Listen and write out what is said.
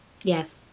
Yes